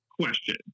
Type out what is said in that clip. question